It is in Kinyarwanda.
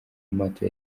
amato